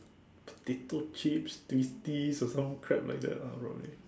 potato chips twisties or some crap like that lah probably